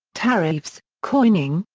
tariffs, coining,